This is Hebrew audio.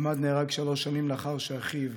עמאד נהרג שלוש שנים לאחר שאחיו,